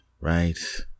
Right